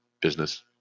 business